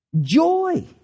Joy